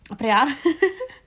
அப்பறோம் யாரு:approm yaaru